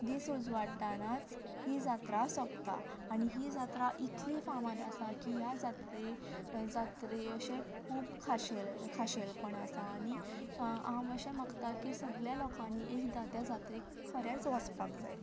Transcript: दीस उजवाडटनाच ही जात्रा सोपता आनी ही जात्रा इतली फामाद आसा की ह्या जात्रेक जात्रे अशें खूब खाशे खाशेलेपण आसा आनी हांव अशें मागतां की सगल्या लोकांनी एकदां त्या जात्रेक खरेंच वचपाक जाय